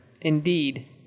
Indeed